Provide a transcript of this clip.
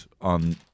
on